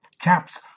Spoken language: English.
chap's